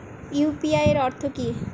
UPI এর অর্থ কি?